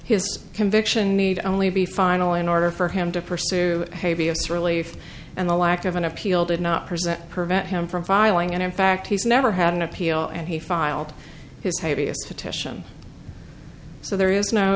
his conviction need only be final in order for him to pursue a b s relief and the lack of an appeal did not present prevent him from filing and in fact he's never had an appeal and he filed his happiest petition so there is no